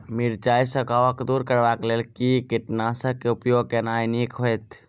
मिरचाई सँ कवक दूर करबाक लेल केँ कीटनासक केँ उपयोग केनाइ नीक होइत?